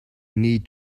need